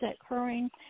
occurring